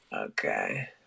Okay